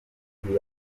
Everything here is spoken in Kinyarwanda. mujyi